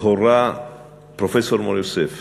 הורה פרופסור מור-יוסף